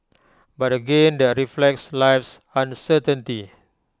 but again that reflects life's uncertainty